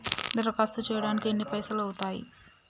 దరఖాస్తు చేయడానికి ఎన్ని పైసలు అవుతయీ?